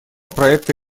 проекта